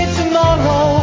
tomorrow